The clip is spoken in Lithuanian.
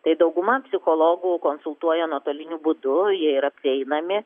tai dauguma psichologų konsultuoja nuotoliniu būdu jie yra prieinami